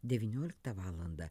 devynioliktą valandą